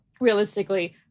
realistically